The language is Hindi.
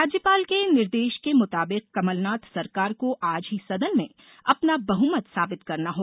राज्यपाल के निर्देश के मुताबिक कमलनाथ सरकार को आज ही सदन में अपना बहुमत साबित करना है